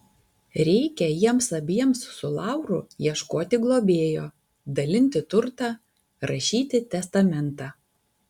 reikia jiems abiems su lauru ieškoti globėjo dalinti turtą rašyti testamentą